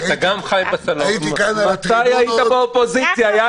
מתי היית באופוזיציה, יעקב?